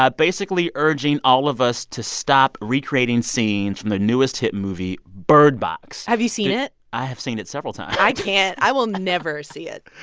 ah basically urging all of us to stop recreating scenes from the newest hit movie bird box. have you seen it? i have seen it several times i can't. i will never see it.